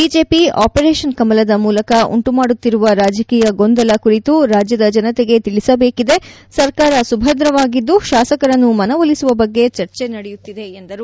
BJP operation ಕಮಲದ ಮೂಲಕ ಉಂಟುಮಾಡುತ್ತಿರುವ ರಾಜಕೀಯ ಗೊಂದಲ ಕುರಿತು ರಾಜ್ಯದ ಜನತೆಗೆ ತಿಳಿಸಬೇಕಿದೆ ಸರ್ಕಾರ ಸುಭದ್ರವಾಗಿದ್ದು ಶಾಸಕರನ್ನು ಮನವೊಲಿಸುವ ಬಗ್ಗೆ ಚರ್ಚೆ ನಡೆಯುತ್ತಿದೆ ಎಂದರು